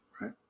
right